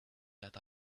that